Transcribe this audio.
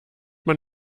man